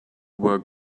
were